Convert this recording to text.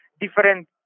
different